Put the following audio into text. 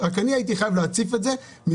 גם דיאטנים ממליצים ואמרתי לכם שאני יודע מתוך